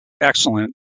excellent